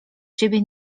ciebie